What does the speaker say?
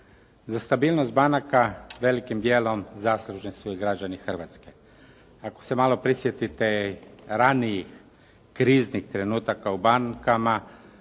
Za stabilnost banaka velikim dijelom zaslužni su i građani Hrvatske. Ako se malo prisjetite ranijih, kriznih trenutaka u bankama,